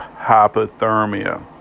hypothermia